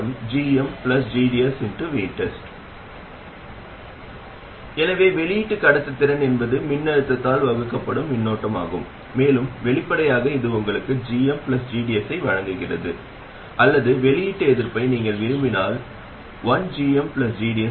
அந்த விஷயத்தில் எங்களிடம் என்ன இருந்தது இதற்கும் அந்த சர்க்யூட்டுக்கும் உள்ள ஒரே வித்தியாசம் இந்த R1 அல்ல அது ஷார்ட் சர்க்யூட்டட் மற்றும் C3 தரையுடன் நேரடியாக இணைக்கப்பட்டுள்ளது நீங்கள் C3 ஐத் தேர்வுசெய்தால் அதன் வினைத்திறன் 1gm ஐ விட மிகச் சிறியது வேறு வார்த்தைகளில் கூறுவதானால் C3≫ இங்கு 𝜔 என்பது சமிக்ஞை அதிர்வெண்